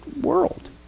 world